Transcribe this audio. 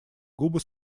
губы